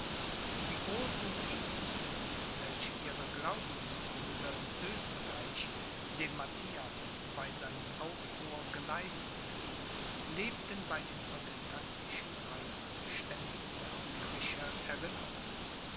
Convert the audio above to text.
die großen dienste welche ihre glaubensbrüder in oesterreich dem matthias bei seinem aufruhr geleistet lebten bei den protestantischen reichsständen noch in frischer erinnerung